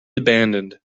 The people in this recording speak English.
abandoned